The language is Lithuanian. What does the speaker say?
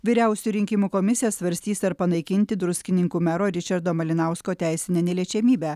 vyriausioji rinkimų komisija svarstys ar panaikinti druskininkų mero ričardo malinausko teisinę neliečiamybę